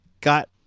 got